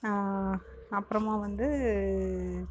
அப்புறமா வந்து